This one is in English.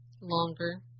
Longer